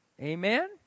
Amen